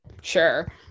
Sure